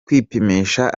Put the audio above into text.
kwipimisha